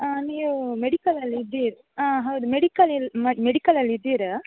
ಹಾಂ ನೀವು ಮೆಡಿಕಲಲ್ಲಿ ಇದ್ದೀರ ಹಾಂ ಹೌದು ಮೆಡಿಕಲ್ ಇಲ್ಲಿ ಮೆಡಿಕಲಲ್ಲಿ ಇದ್ದೀರಾ